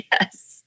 Yes